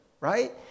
right